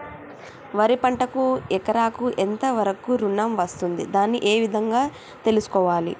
వరి పంటకు ఎకరాకు ఎంత వరకు ఋణం వస్తుంది దాన్ని ఏ విధంగా తెలుసుకోవాలి?